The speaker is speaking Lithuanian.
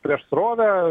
prieš srovę